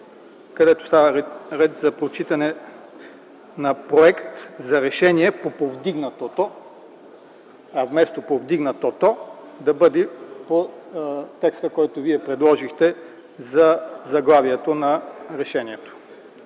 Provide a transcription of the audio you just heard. където става ред за прочитане на „Проект за решение по повдигнатото”, а вместо „повдигнатото” да бъде по текста, който Вие предложихте за заглавието на решението,